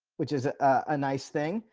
which is a ah nice thing.